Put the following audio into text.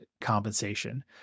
compensation